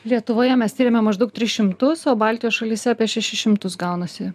lietuvoje mes tyrėme maždaug tris šimtus o baltijos šalyse apie šešis šimtus gaunasi